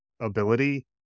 ability